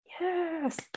Yes